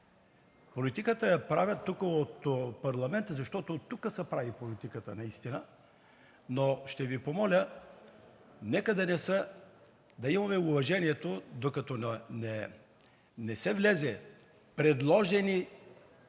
Политиката я правят тук, от парламента, защото тук се прави политиката наистина, но ще Ви помоля, нека да имаме уважението! Докато не се влезе с предложени